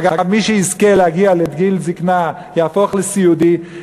אגב, מי שיזכה להגיע לגיל זיקנה יהפוך לסיעודי.